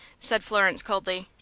said florence, coldly.